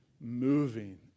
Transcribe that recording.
moving